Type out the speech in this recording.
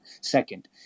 Second